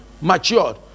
matured